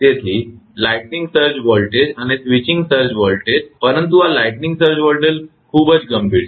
તેથી lightning surge voltage અને switching surge voltage પરંતુ આ લાઇટનીંગ સર્જ વોલ્ટેજ ખૂબ ગંભીર છે